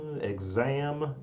Exam